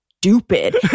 stupid